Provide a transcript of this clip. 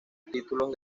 títulos